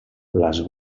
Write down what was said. les